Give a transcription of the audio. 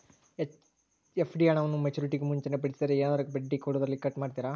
FD ಹಣವನ್ನು ಮೆಚ್ಯೂರಿಟಿಗೂ ಮುಂಚೆನೇ ಬಿಡಿಸಿದರೆ ಏನಾದರೂ ಬಡ್ಡಿ ಕೊಡೋದರಲ್ಲಿ ಕಟ್ ಮಾಡ್ತೇರಾ?